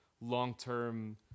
long-term